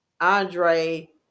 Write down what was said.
Andre